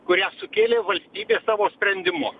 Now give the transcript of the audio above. kurią sukėlė valstybė savo sprendimu